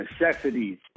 Necessities